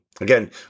again